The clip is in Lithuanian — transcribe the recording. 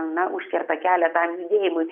na užkerta kelią tam judėjimui